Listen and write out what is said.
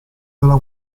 della